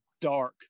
dark